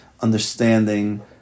understanding